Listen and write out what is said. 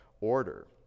order